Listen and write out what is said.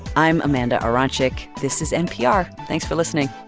i'm amanda aronczyk. this is npr. thanks for listening